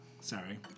sorry